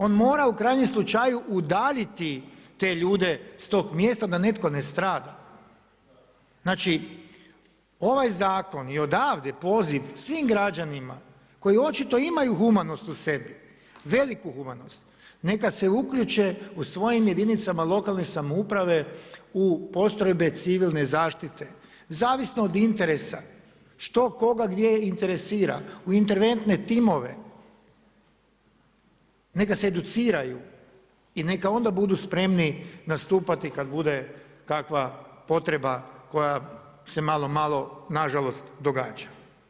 On mora u krajnjem slučaju udaljiti te ljude s tog mjesta da netko ne strada, znači ovaj zakon i odavde poziv svim građanima koji očito imaju humanost u sebi, veliku humanost neka se uključe u svojim jedinicama lokalne samouprave u postrojbe Civilne zaštite zavisno od interesa što, koga, gdje interesira u interventne timove neka se educiraju i neka onda budu spremni nastupati kad bude kakva potreba koja se malo, malo na žalost događa.